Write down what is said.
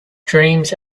dreams